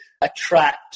attract